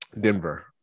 Denver